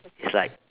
it's like